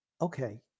Okay